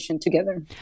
together